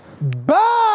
bye